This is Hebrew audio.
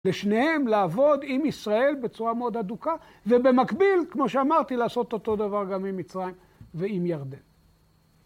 לשניהם לעבוד עם ישראל בצורה מאוד אדוקה ובמקביל, כמו שאמרתי, לעשות אותו דבר גם עם מצרים ועם ירדן.